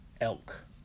elk